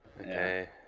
okay